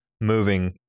moving